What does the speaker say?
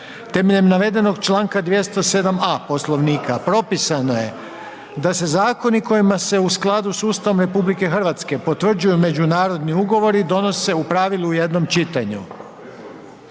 Temeljem navedenog članaka 207. A. poslovnika, propisano je da se zakonom, kojima se u skladu s Ustavom RH, potvrđuju međunarodni ugovori, donose u pravilu u jednom čitanju.